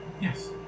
Yes